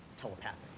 telepathic